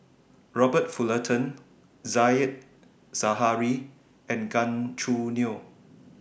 Robert Fullerton Said Zahari and Gan Choo Neo